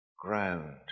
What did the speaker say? ground